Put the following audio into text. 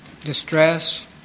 Distress